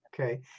okay